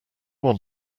want